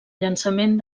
llançament